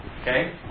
Okay